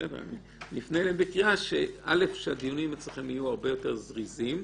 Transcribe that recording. נפנה בקריאה שהדיונים אצלכם יהיו הרבה יותר זריזים,